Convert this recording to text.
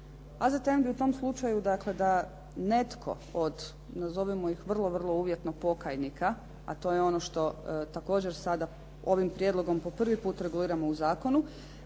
AZTN bi u tom slučaju dakle da netko od, nazovimo ih vrlo, vrlo uvjetno pokajnika, a to je ono što također sada ovim prijedlogom po prvi put reguliramo u zakonu,